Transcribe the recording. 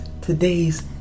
today's